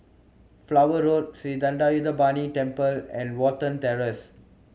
Flower Road Sri Thendayuthapani Temple and Watten Terrace